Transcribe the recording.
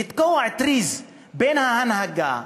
לתקוע טריז בין ההנהגה,